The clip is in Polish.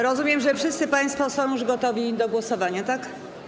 Rozumiem, że wszyscy państwo są już gotowi do głosowania, tak?